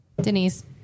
Denise